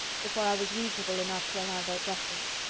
before i was reasonable enough to allow their justice.